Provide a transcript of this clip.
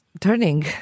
turning